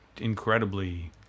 incredibly